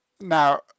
now